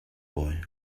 boy